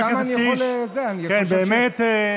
כמה אני יכול, אני חושב, כן, באמת.